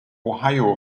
ohio